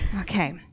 Okay